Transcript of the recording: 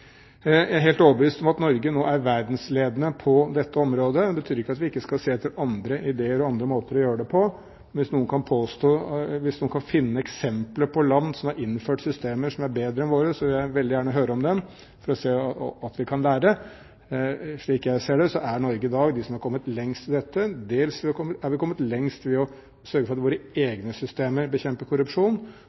Jeg er helt overbevist om at Norge nå er verdensledende på dette området. Det betyr ikke at vi ikke skal se etter andre ideer og andre måter å gjøre det på. Hvis noen kan finne eksempler på land som har innført systemer som er bedre enn våre, vil jeg veldig gjerne høre om dem for å se og lære. Slik jeg ser det, er Norge i dag av de land som har kommet lengst i dette. Dels er vi kommet lengst ved å sørge for at våre egne systemer bekjemper korrupsjon,